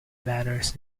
banners